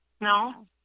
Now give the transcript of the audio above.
No